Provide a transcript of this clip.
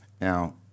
Now